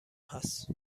هست